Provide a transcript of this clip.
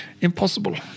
impossible